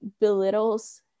belittles